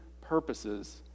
purposes